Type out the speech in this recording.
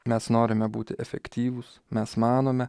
mes norime būti efektyvūs mes manome